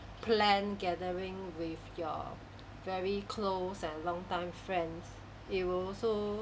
planned gathering with your very close and long time friends it will also